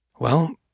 Well